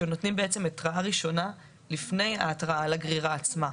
שנותנים התראה ראשונה לפני ההתראה על הגרירה עצמה.